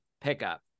pickup